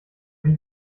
wie